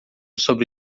sobre